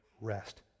rest